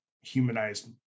humanized